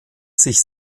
sich